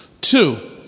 Two